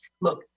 Look